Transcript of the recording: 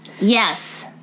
Yes